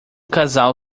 casal